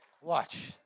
Watch